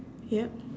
yup